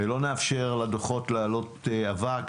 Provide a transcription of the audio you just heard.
ולא נאפשר לדוחות האלה להעלות אבק,